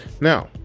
Now